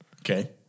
Okay